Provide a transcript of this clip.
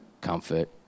comfort